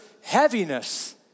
heaviness